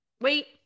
Wait